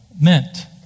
meant